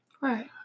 Right